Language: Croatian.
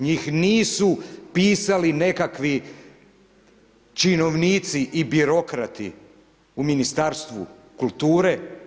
Njih nisu pisali nekakvi činovnici i birokrati u Ministarstvu kulture.